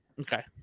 Okay